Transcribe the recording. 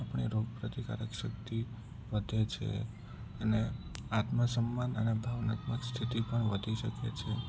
આપણી રોગ પ્રતિકારક શક્તિ વધે છે અને આત્મ સન્માન અને ભાવનાત્મક સ્થિતિ પણ વધી શકે છે